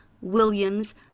williams